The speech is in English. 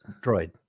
droid